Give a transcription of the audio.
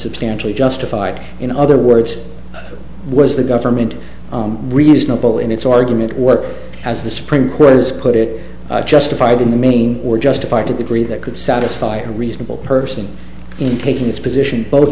substantially justified in other words was the government reasonable in its argument work as the supreme court has put it justified in the main or justified to the grave that could satisfy a reasonable person in taking this position b